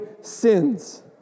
sins